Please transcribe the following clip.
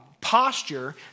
posture